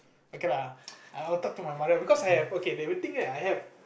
okay lah I would talk to my mother because I have okay they will think that I have